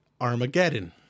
Armageddon